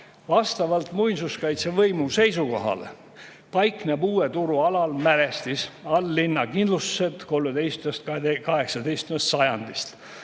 Vastavalt muinsuskaitsevõimu seisukohale paikneb Uue turu alal mälestis: all‑linna kindlustused 13.–18.